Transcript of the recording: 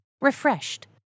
Refreshed